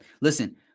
Listen